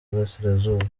burasirazuba